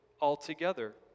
altogether